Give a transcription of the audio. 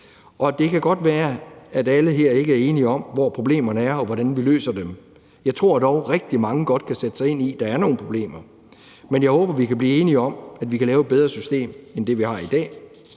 Og det kan godt være, at ikke alle her er enige om, hvor problemerne er, og hvordan vi løser dem. Jeg tror dog, at rigtig mange godt kan sætte sig ind i, at der er nogle problemer. Men jeg håber, at vi kan blive enige om, at vi kan lave et bedre system end det, vi har i dag.